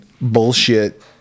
bullshit